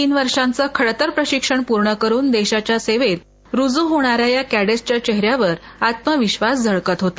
तीन वर्षांच खडतर प्रशिक्षण पूर्ण करुन देशाच्या सेवेत रुजू होणाऱ्या या कॅडेटच्या चेहन्यावर आत्मविधास झळकत होता